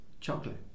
chocolate